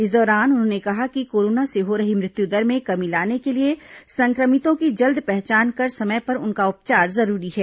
इस दौरान उन्होंने कहा कि कोरोना से हो रही मृत्यु दर में कमी लाने के लिए संक्रमितों की जल्द पहचान कर समय पर उनका उपचार जरूरी है